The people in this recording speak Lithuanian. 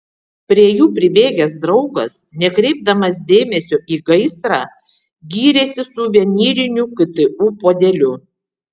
prie jų pribėgęs draugas nekreipdamas dėmesio į gaisrą gyrėsi suvenyriniu ktu puodeliu